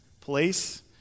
place